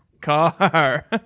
Car